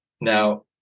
Now